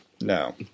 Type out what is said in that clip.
No